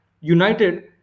United